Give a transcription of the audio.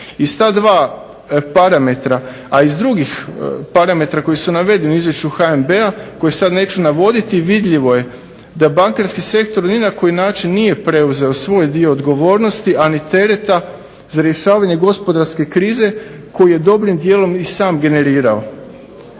Iz ta dva parametra, a iz drugih parametara koji su navedeni u Izvješću HNB-a koje sad neću navoditi vidljivo je da bankarski sektor ni na koji način nije preuzeo svoj dio odgovornosti, a ni tereta za rješavanje gospodarske krize koju je dobrim dijelom i sam generirao.